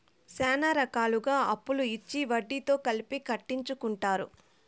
శ్యానా రకాలుగా అప్పులు ఇచ్చి వడ్డీతో కలిపి కట్టించుకుంటారు